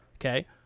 Okay